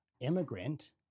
immigrant